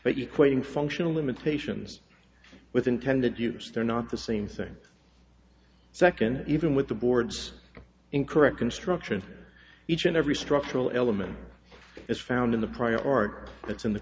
but you quoting functional limitations with intended use they're not the same thing second even with the board's incorrect construction each and every structural element is found in the prior art it's in the